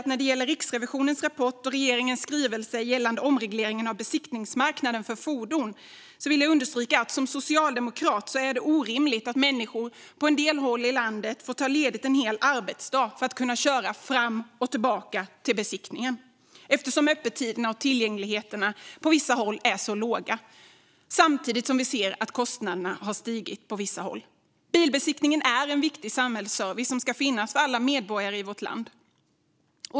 När det gäller Riksrevisionens rapport och regeringens skrivelse gällande omregleringen av besiktningsmarknaden för fordon vill jag understryka att det för mig som socialdemokrat är orimligt att människor på en del håll i landet behöver ta ledigt en hel arbetsdag för att kunna köra fram och tillbaka till besiktningen eftersom öppettiderna är så korta och tillgängligheten på vissa håll så låg. Samtidigt ser vi att kostnaden har stigit på vissa håll. Bilbesiktningen är en viktig samhällsservice som ska finnas för alla medborgare i vårt land.